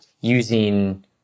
using